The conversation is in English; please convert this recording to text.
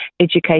education